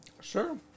Sure